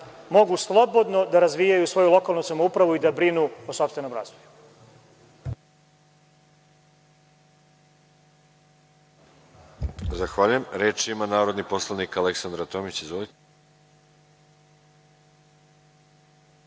mogu slobodno da razvijaju svoju lokalnu samoupravu i da brinu o sopstvenom razvoju.